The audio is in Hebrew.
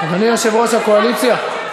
אדוני יושב-ראש הקואליציה.